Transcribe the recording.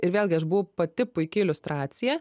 ir vėlgi aš buvau pati puiki iliustracija